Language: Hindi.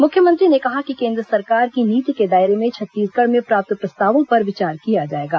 मुख्यमंत्री ने कहा कि केन्द्र सरकार की नीति के दायरे में छत्तीसगढ़ में प्राप्त प्रस्तावों पर विचार किया जाएगा